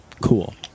Cool